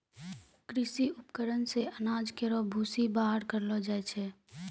कृषि उपकरण से अनाज केरो भूसी बाहर करलो जाय छै